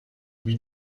wie